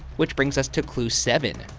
which brings us to clue seven,